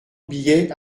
billets